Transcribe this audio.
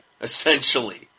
essentially